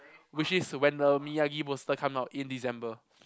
which is when the Miyagi poster come out in December